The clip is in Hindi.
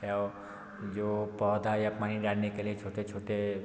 एवं जो पौधा या पानी डालने के लिए छोटे छोटे